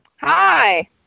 Hi